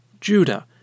Judah